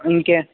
ఇంకే